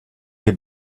your